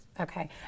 Okay